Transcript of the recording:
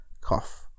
Cough